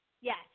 Yes